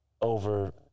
over